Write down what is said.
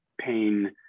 pain